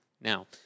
Now